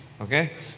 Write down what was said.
Okay